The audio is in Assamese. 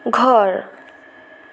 ঘৰ